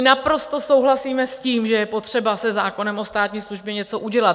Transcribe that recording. Naprosto souhlasíme s tím, že je potřeba se zákonem o státní službě něco udělat.